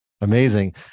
amazing